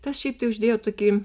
tas šiaip tai uždėjo tokį